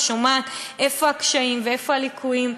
ושומעת איפה הקשיים ואיפה הליקויים,